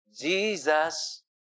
Jesus